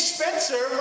Spencer